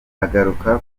agaruka